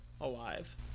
alive